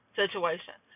situation